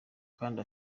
kandi